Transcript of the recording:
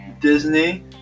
Disney